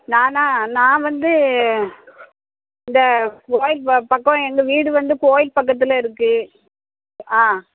நானா நான் வந்து இந்த கோவில் வ பக்கம் எங்கள் வீடு வந்து கோவில் பக்கத்தில் இருக்குது ஆ